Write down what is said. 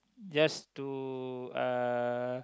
just to uh